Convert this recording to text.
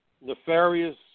nefarious